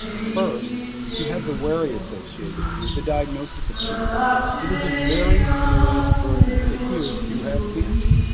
first you have the worry associated with the diagnosis of cancer. it is a very serious burden to hear you have cancer.